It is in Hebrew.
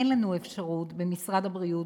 אין לנו אפשרות במשרד הבריאות,